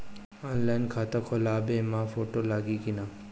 Online खाता खोलबाबे मे फोटो लागि कि ना?